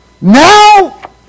Now